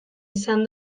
izan